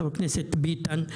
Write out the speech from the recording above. חבר הכנסת ביטן,